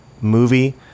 Movie